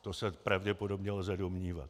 To se pravděpodobně lze domnívat.